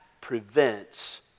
prevents